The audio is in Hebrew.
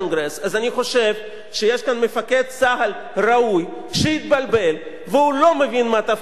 אז אני חושב שיש כאן מפקד צה"ל ראוי שהתבלבל והוא לא מבין מה תפקידו,